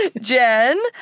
Jen